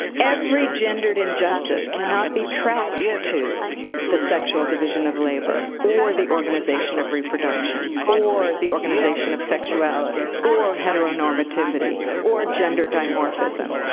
every gendered injustice cannot be tracked to the sexual division of labor, or the organization of reproduction, or the organization of sexuality, or heteronormativity, or gender dimorphism.